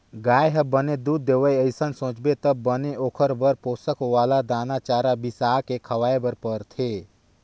गाय ह बने दूद देवय अइसन सोचबे त बने ओखर बर पोसक वाला दाना, चारा बिसाके खवाए बर परथे